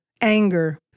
anger